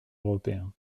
européen